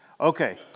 Okay